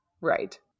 Right